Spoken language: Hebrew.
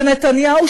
ונתניהו,